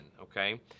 okay